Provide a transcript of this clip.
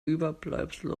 überbleibsel